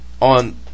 on